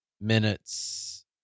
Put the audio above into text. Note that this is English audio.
minutes